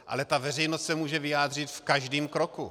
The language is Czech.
Ale ta veřejnost se může vyjádřit v každém kroku.